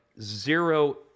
zero